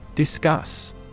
Discuss